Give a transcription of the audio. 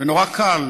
נורא קל